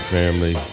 family